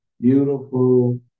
beautiful